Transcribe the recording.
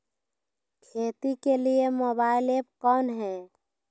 खेती के लिए मोबाइल ऐप कौन है?